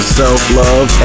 self-love